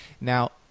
Now